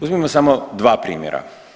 Uzmimo samo dva primjera.